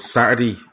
Saturday